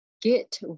get